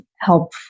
help